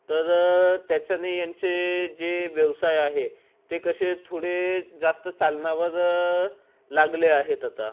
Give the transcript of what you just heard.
तर त्याच्यानी यांचे जे व्यवसाय आहे ते कसे थोडे जास्त चालनावर लागले आहेत आता